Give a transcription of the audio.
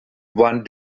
one